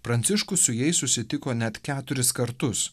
pranciškus su jais susitiko net keturis kartus